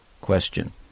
question